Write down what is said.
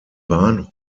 bahnhof